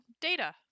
data